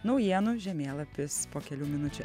naujienų žemėlapis po kelių minučių